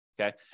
okay